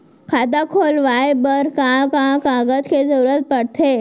खाता खोलवाये बर का का कागज के जरूरत पड़थे?